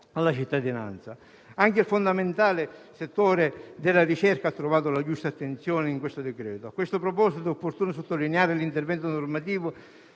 alla cittadinanza. Anche il fondamentale settore della ricerca ha trovato la giusta attenzione in questo decreto-legge. A tal proposito, è opportuno sottolineare l'intervento normativo